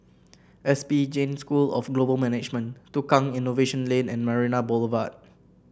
S P Jain School of Global Management Tukang Innovation Lane and Marina Boulevard